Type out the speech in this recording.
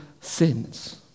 sins